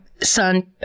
Son